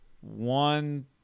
one